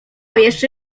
jeszcze